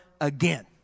again